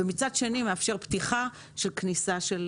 ומצד שני מאפשר פתיחה של כניסה של